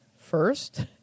first